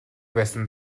байсан